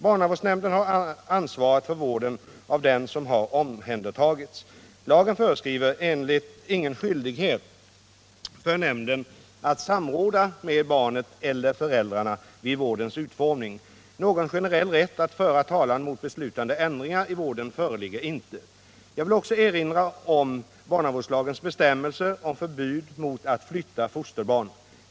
Barnavårdsnämnden har ansvaret för vården av den som har omhändertagits. Lagen föreskriver ingen skyldighet för nämnden att samråda med barnet eller föräldrarna vid vårdens utformning. Någon generell rätt att föra talan mot beslutade ändringar i vården föreligger inte. Jag vill också erinra om barnavårdslagens bestämmelser om förbud mot att flytta fosterbarn.